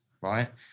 right